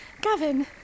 Gavin